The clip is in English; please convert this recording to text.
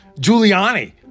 Giuliani